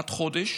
עד חודש